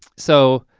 so,